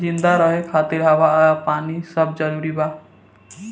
जिंदा रहे खातिर हवा आ पानी सब जरूरी बा